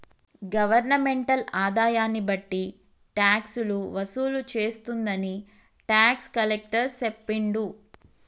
governmental ఆదాయన్ని బట్టి టాక్సులు వసూలు చేస్తుందని టాక్స్ కలెక్టర్ సెప్పిండు